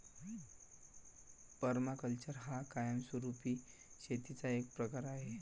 permaculture हा कायमस्वरूपी शेतीचा एक प्रकार आहे